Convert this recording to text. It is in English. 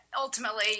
ultimately